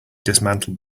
dismantled